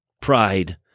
Pride